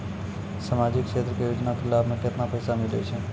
समाजिक क्षेत्र के योजना के लाभ मे केतना पैसा मिलै छै?